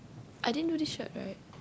I didn't do this shirt right